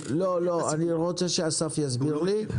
לא, אני רוצה שאסף יסביר לי.